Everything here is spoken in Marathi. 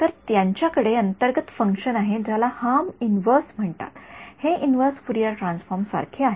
तर यांच्या कडे अंतर्गत फंक्शन आहे ज्याला हार्म इनव्हर्स म्हणतात हे इनव्हर्स फुरियर ट्रान्सफॉर्म सारखे आहे